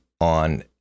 on